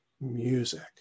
music